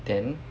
then